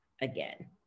again